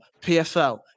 PFL